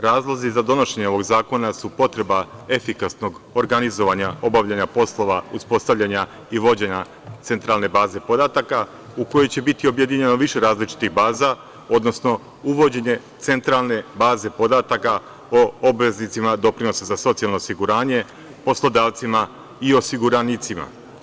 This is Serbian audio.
Razlozi za donošenje ovog zakona su potreba efikasnog organizovanja, obaljanja poslova, uspostavljanja i vođenja centralne baze podataka u kojoj će biti objedinjeno više različitih baza, odnosno uvođenje centralne baze podataka o obaveznicima doprinosa za socijalno osiguranje, poslodavcima i osiguranicima.